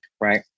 right